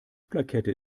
plakette